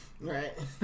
Right